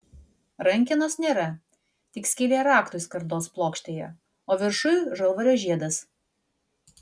rankenos nėra tik skylė raktui skardos plokštėje o viršuj žalvario žiedas